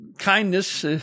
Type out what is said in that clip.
Kindness